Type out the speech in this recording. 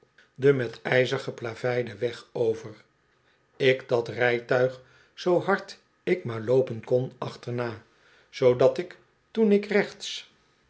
den met ijzer geplaveid en weg over ik dat rijtuig zoo hard ik maar loopen kon achterna zoodat ik toen ik rechts